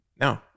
No